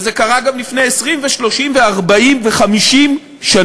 וזה קרה גם לפני 20 ו-30 ו-40 ו-50 שנים.